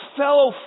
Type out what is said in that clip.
fellow